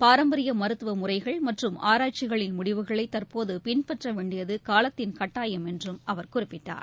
பாரம்பரியமருத்துவமுறைகள் ஆராய்ச்சிகளின் மற்றும் முடிவுகளைதற்போதுபின்பற்றவேண்டியதுகாலத்தின் கட்டாயம் என்றும் அவர் குறிப்பிட்டார்